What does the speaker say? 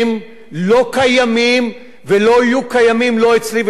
לא קיימים ולא יהיו קיימים, לא אצלי ולא אחרי.